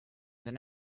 then